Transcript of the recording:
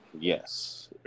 Yes